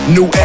New